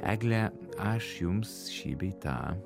egle aš jums šį bei tą